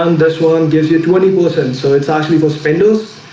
um this one gives you twenty percent so it's actually four spindles.